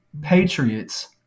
Patriots